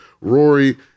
Rory